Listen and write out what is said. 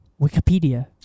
Wikipedia